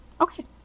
Okay